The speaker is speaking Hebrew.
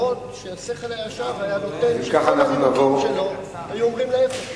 אף-על-פי שהשכל הישר היה נותן שכל הנימוקים שלו היו אומרים ההיפך.